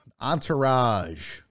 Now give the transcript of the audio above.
Entourage